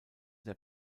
der